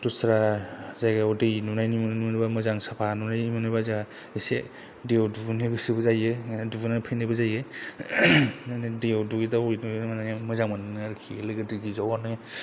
दस्रा जायगायाव दै नुनो मोनोबा मोजां साफा नुनाय मोनोबा जोंहा एसे दैयाव दुगैनो गोसोबो जायो आरो दुगैना फैनायबो जायो माने दैयाव दुगै दावनानै माने मोजां मोनो आरोखि लोगो दिगि ज'नो